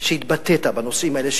שהתבטאת בנושאים האלה,